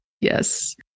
Yes